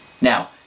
Now